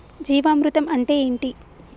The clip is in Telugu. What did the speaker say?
జీవామృతం అంటే ఏంటి?